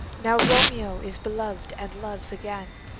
now romeo is belov'd, and loves again,